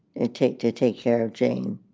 it take to take care of jane.